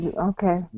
Okay